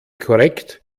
korrekt